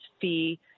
fee